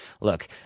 look